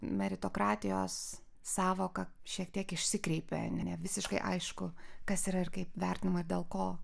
meritokratijos sąvoka šiek tiek išsikreipė ne visiškai aišku kas yra ir kaip vertinama ir dėl kol